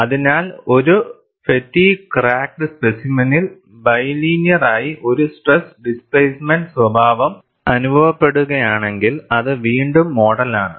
അതിനാൽ ഒരു fatigue cracked സ്പെസിമെനിൽ ബിലിനിയറായി ഒരു സ്ട്രെസ് ഡിസ്പ്ലേസ്മെന്റ് സ്വഭാവം അനുഭവപ്പെടുകയാണെങ്കിൽ അത് വീണ്ടും മോഡലാണ്